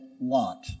lot